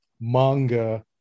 manga